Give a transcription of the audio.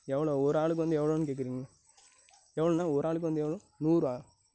எவ்வளோ ஒரு ஆளுக்கு வந்து எவ்வளோனு கேட்குறீங்க எவ்வளோண்ணே ஒரு ஆளுக்கு வந்து எவ்வளோ நூறா